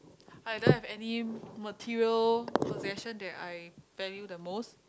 I don't have any material possession that I value the most